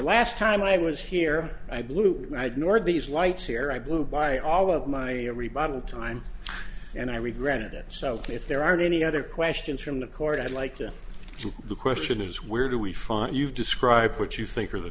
last time i was here i blew and i had nor these lights here i blew by all of my rebuttal time and i regretted it so if there aren't any other questions from the court i'd like to see the question is where do we find you describe what you think are the